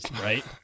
Right